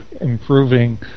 improving